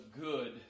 good